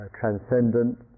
Transcendent